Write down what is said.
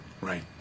Right